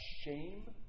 shame